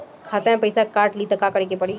खाता से पैसा काट ली त का करे के पड़ी?